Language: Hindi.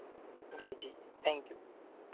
जी जी थैन्क यू